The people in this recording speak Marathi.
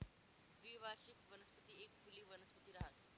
द्विवार्षिक वनस्पती एक फुली वनस्पती रहास